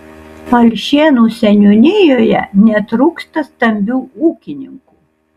alšėnų seniūnijoje netrūksta stambių ūkininkų